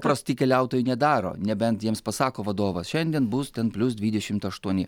prasti keliautojai nedaro nebent jiems pasako vadovas šiandien bus ten plius dvidešimt aštuoni